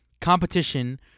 competition